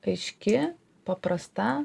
aiški paprasta